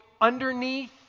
underneath